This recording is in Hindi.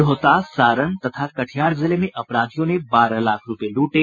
रोहतास सारण और कटिहार जिले में अपराधियों ने बारह लाख रूपये लूटे